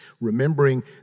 remembering